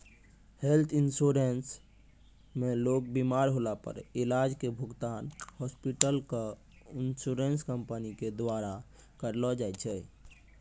health insurance मे लोग बिमार होला पर इलाज के भुगतान हॉस्पिटल क इन्शुरन्स कम्पनी के द्वारा करलौ जाय छै